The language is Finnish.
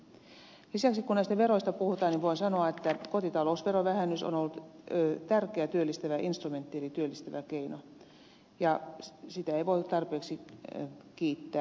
lisäksi kun näistä veroista puhutaan niin voin sanoa että kotitalousvähennys on ollut tärkeä työllistävä instrumentti eli työllistävä keino ja sitä ei voi tarpeeksi kiittää